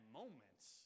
moments